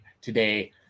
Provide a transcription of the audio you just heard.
today